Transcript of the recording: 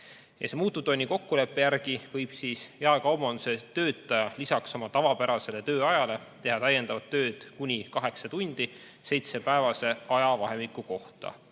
Selle muutuvtunnikokkuleppe järgi võib jaekaubanduse töötaja lisaks oma tavapärasele tööajale teha täiendavat tööd kuni kaheksa tundi seitsmepäevase ajavahemiku kohta.